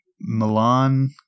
Milan